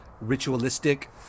ritualistic